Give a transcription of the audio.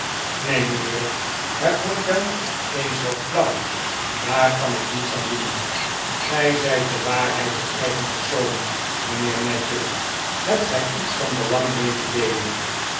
neen mijnheer het wordt wel eens waj flauw daar kan ik niets aan doen gij zijt de waarheid in eigen persoon mijnheer nadgett hebt gij iets van belang mee te deelen